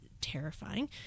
terrifying